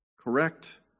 correct